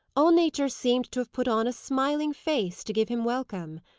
all nature seemed to have put on a smiling face to give him welcome.